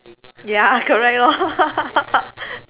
ya correct lor